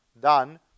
done